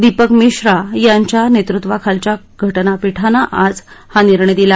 दीपक मिश्रा यांच्या नेतृत्वाखालच्या घटनापीठानं आज हा निर्णय दिला